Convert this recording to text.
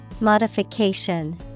Modification